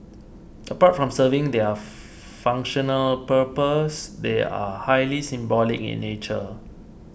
apart from serving their functional purpose they are highly symbolic in nature